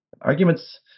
Arguments